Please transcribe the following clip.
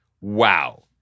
wow